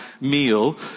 meal